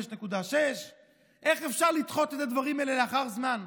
5.6. איך אפשר לדחות את הדברים האלה לאחר זמן?